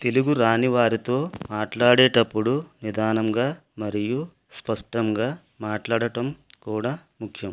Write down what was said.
తెలుగు రాని వారితో మాట్లాడేటప్పుడు నిదానంగా మరియు స్పష్టంగా మాట్లాడటం కూడా ముఖ్యం